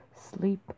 sleep